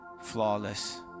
flawless